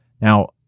Now